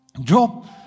Job